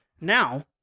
now